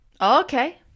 Okay